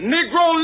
Negro